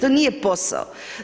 To nije posao.